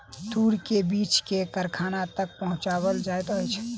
तूर के बीछ के कारखाना तक पहुचौल जाइत अछि